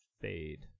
fade